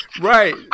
Right